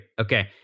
Okay